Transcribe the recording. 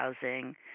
housing